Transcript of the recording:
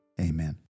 Amen